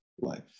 life